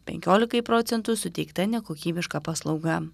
penkiolikai procentų suteikta nekokybiška paslauga